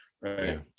right